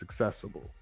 accessible